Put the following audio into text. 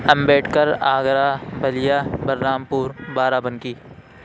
امبیدکر آگرہ بلیا بلرامپور بارہ بنکی